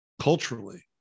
culturally